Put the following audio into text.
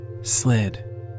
Slid